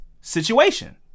situation